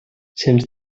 sens